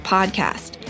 Podcast